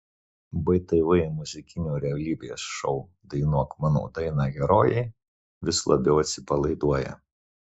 btv muzikinio realybės šou dainuok mano dainą herojai vis labiau atsipalaiduoja